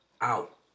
out